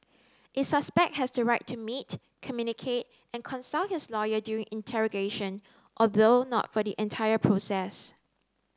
a suspect has the right to meet communicate and consult his lawyer during interrogation although not for the entire process